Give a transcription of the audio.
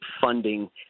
funding